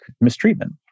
mistreatment